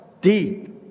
deep